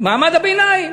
מעמד הביניים.